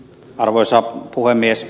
arvoisa puhemies